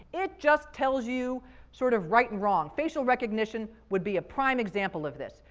it just tells you sort of right and wrong. facial recognition would be a prime example of this.